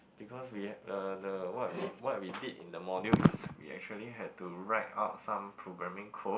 because we had uh the what we what we did in that module is we actually had to write out some programming code